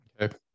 Okay